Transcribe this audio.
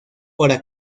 hora